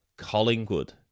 Collingwood